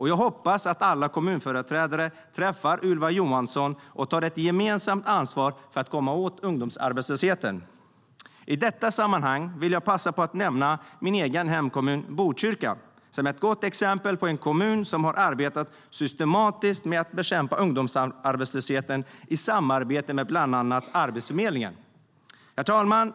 Jag hoppas att alla kommunföreträdare träffar Ylva Johansson och tar ett gemensamt ansvar för att komma åt ungdomsarbetslösheten. Herr talman!